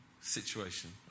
situation